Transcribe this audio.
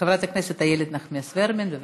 חברת הכנסת איילת נחמיאס ורבין, בבקשה.